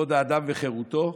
כבוד האדם וחירותו,